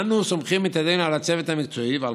אנו סומכים ידינו על הצוות המקצועי ועל